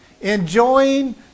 enjoying